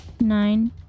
Nine